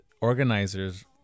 organizers